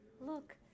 look